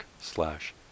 slash